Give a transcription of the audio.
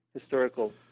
historical